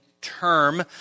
term